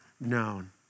known